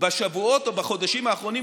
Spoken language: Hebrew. בשבועות או בחודשים האחרונים,